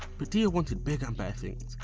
but dia wanted bigger and better things.